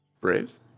Braves